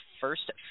first